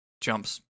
jumps